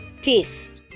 taste